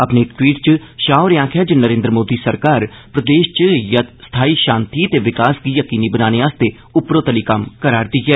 अपने इक टवीट इच शाह होरे आक्खेया जे नरेन्द्र मोदी सरकार प्रदेश इच स्थायी शांति ते विकास गी यकीनी बनाने लेई उप्परोतली कम्म करा रदी ऐ